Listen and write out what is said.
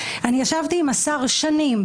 ישבתי עם השר שנים,